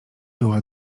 była